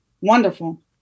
wonderful